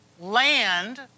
land